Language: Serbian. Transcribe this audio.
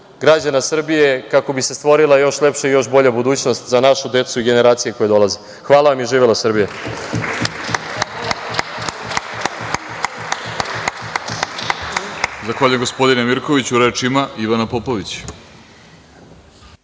građana Srbije kako bi se stvorila još lepša i još bolja budućnost za našu decu i generacije koje dolaze. Hvala vam i živela Srbija.